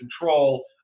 control